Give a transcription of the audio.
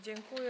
Dziękuję.